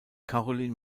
caroline